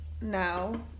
now